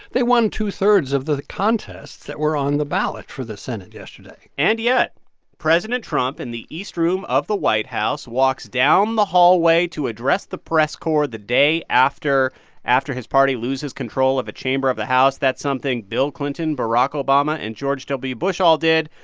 they won two-thirds of the contests that were on the ballot for the senate yesterday and yet president trump in and the east room of the white house walks down the hallway to address the press corps the day after after his party loses control of a chamber of the house. that's something bill clinton, barack obama and george w. bush all did.